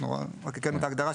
אנחנו רק הקראנו את ההגדרה.